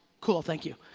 cool, thank you,